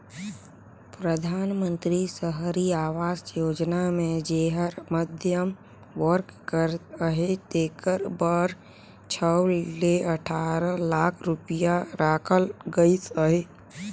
परधानमंतरी सहरी आवास योजना मे जेहर मध्यम वर्ग कर अहे तेकर बर छव ले अठारा लाख रूपिया राखल गइस अहे